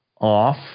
off